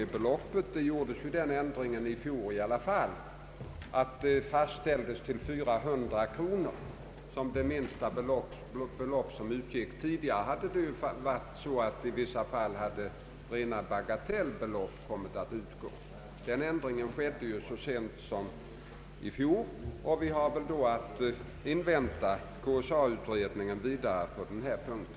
I fjol gjordes dock den ändringen att minimibeloppet fastställdes till 400 kronor. Tidigare hade i vissa fall rena bagatellbelopp kommit att utgå. Den ändringen vidtogs så sent som i fjol, och vi har väl därför bara att invänta KSA-utredningen på den här punkten.